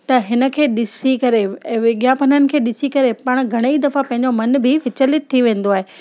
त हिन खे ॾिसी करे विज्ञापननि खे ॾिसी करे पाण घणेई दफ़ा पंहिंजो मनु बि विचलित थी वेंदो आहे